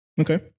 Okay